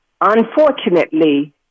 Unfortunately